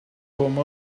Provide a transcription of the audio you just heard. come